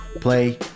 Play